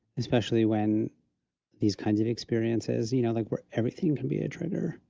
especially when these kinds of experiences, you know, like where everything can be a trigger,